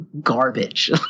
garbage